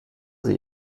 sie